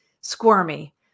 squirmy